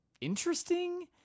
interesting